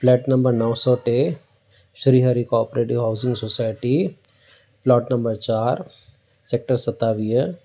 flat number नव सौ टे Shri Hari cooperative housing society plot number चारि सेक्टर सतावीह